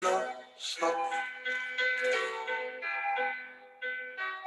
לא, סתם.